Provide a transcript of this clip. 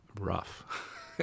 rough